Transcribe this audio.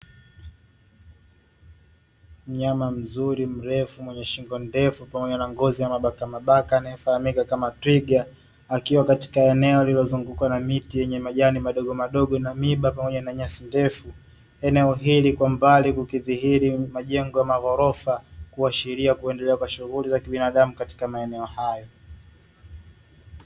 Mnyama mzuri mrefu mwenye shingo ndefu pamoja na ngozi ya mabaka mabaka anayefahamika kama twiga, akiwa katika eneo alilozunguka na miti yenye majani madogo madogo na miba pamoja na nyasi ndefu eneo hili kwa mbali kukidhihiri majengo ya magorofa, kuashiria kuendelea kwa shughuli za kibinadamu katika maeneo